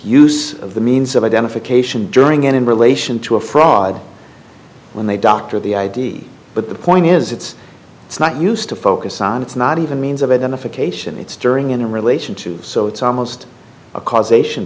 use of the means of identification during and in relation to a fraud when they doctor the id but the point is it's it's not used to focus on it's not even means of identification it's stirring in a relationship so it's almost a causation